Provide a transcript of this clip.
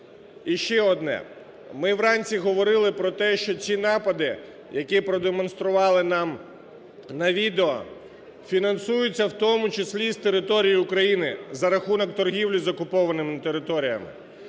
Ще одне, ми вранці говорили про те, що ці напади, які продемонстрували нам на відео, фінансуються в тому числі з території України за рахунок торгівлі з окупованими територіями.